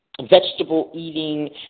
vegetable-eating